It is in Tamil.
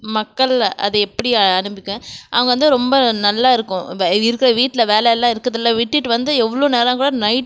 மக்கள் அதை எப்படி ஆரம்பிக்க அங்கே வந்து ரொம்ப நல்லா இருக்கும் இருக்கிற வீட்டில் வேலை எல்லாம் இருக்கிறதெல்லாம் விட்டுவிட்டு வந்து எவ்வளோ நேரங்கூட நைட்